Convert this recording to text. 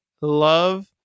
love